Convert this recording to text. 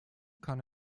kann